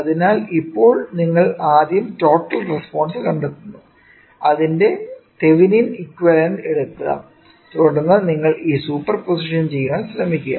അതിനാൽ ഇപ്പോൾ നിങ്ങൾ ആദ്യം ടോട്ടൽ റെസ്പോൺസ് കണ്ടെത്തുന്നു അതിന്റെ തെവിനിൻ ഇക്വിവാലെന്റ് എടുക്കുക തുടർന്ന് നിങ്ങൾ ഈ സൂപ്പർ പൊസിഷൻ ചെയ്യാൻ ശ്രമിക്കുക